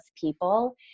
people